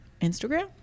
Instagram